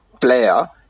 player